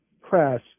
press